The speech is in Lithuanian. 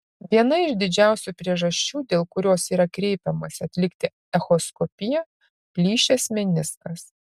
viena iš dažniausių priežasčių dėl kurios yra kreipiamasi atlikti echoskopiją plyšęs meniskas